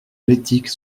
l’éthique